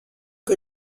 que